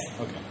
okay